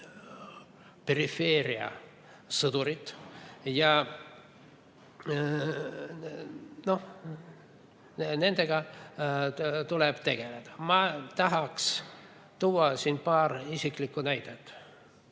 perifeeria sõdurid. Nendega tuleb tegeleda. Ma tahaksin tuua siin paar isiklikku näidet.